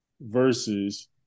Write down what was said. versus